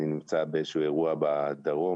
אני נמצא באיזשהו אירוע בדרום,